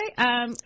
Okay